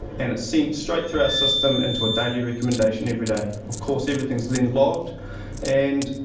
and it's sent straight through our system into a daily recommendation every day. of course, everything is then logged. and